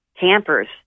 campers